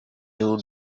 two